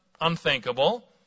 unthinkable